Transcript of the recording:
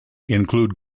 include